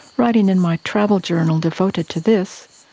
writing in my travel journal devoted to this,